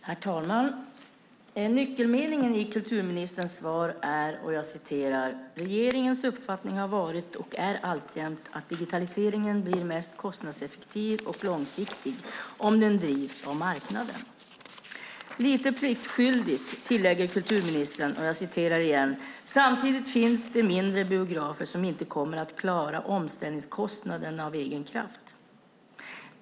Herr talman! Nyckelmeningen i kulturministerns svar är: "Regeringens uppfattning har varit och är alltjämt att digitaliseringen blir mest kostnadseffektiv och långsiktig om den drivs av marknaden." Lite pliktskyldigt tillägger kulturministern: "Samtidigt finns det mindre biografer som inte kommer att klara omställningskostnaderna helt av egen kraft."